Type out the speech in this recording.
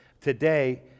today